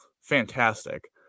Fantastic